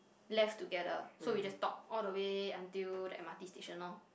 left together so we just talk all the way until the M_R_T station loh